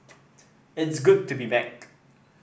it's good to be back